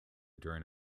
during